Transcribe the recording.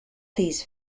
these